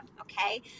Okay